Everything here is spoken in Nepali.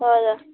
हजुर